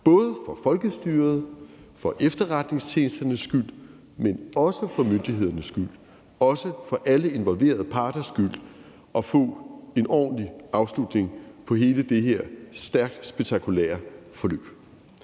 både for folkestyrets og for efterretningstjenesternes skyld, men også for myndighedernes skyld og for alle involverede parters skyld, at få en ordentlig afslutning på hele det her stærkt spektakulære forløb.